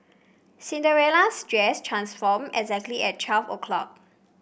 Cinderella's dress transformed exactly at twelve o'clock